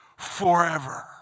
Forever